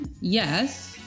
Yes